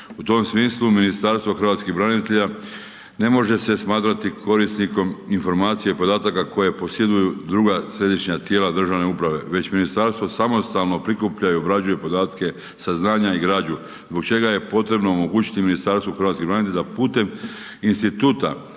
U tom smislu Ministarstvo hrvatskih branitelja ne može se smatrati korisnikom informacija podataka koje posjeduju druga središnja tijela državne uprave već ministarstvo samostalno prikuplja i obrađuje podatke, saznanja i građu zbog čega je potrebno omogućiti Ministarstvo hrvatskih branitelja da putem instituta